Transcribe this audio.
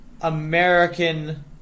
American